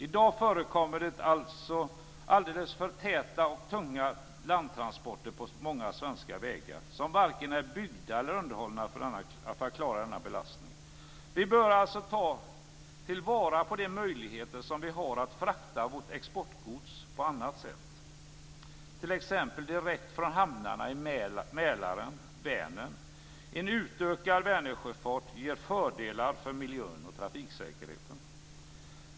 I dag förekommer det alltså alldeles för täta och tunga landtransporter på många svenska vägar som varken är byggda eller underhållna för att klara av den här belastningen. Vi bör alltså ta vara på de möjligheter som vi har att frakta vårt exportgods på annat sätt, t.ex. direkt från hamnarna i Mälaren och Vänern. En utökad Vänersjöfart ger fördelar för miljön och trafiksäkerheten.